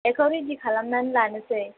एखौ रेदि खालामनानै लानोसै